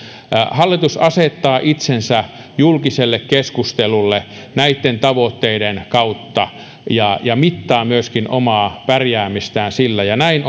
hallitus asettaa itsensä julkiseen keskusteluun näitten tavoitteiden kautta ja ja mittaa myöskin omaa pärjäämistään sillä ja näin